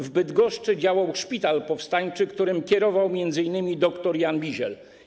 W Bydgoszczy działał szpital powstańczy, którym kierował m.in. dr Jan Biziel.